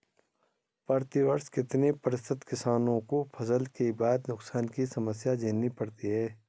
प्रतिवर्ष कितने प्रतिशत किसानों को फसल के बाद नुकसान की समस्या झेलनी पड़ती है?